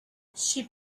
she